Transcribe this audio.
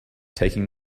taking